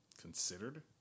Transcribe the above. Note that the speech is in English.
Considered